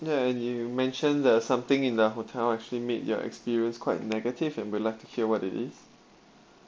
ya and you you mentioned that something in the hotel actually made your experience quite negative and we would like to hear what it is